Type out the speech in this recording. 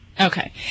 Okay